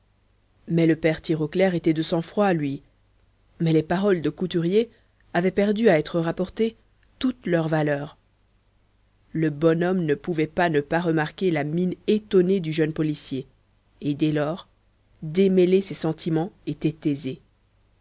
mais le père tirauclair était de sang-froid lui mais les paroles de couturier avaient perdu à être rapportées toute leur valeur le bonhomme ne pouvait pas ne pas remarquer la mine étonnée du jeune policier et dès lors démêler ses sentiments était aisé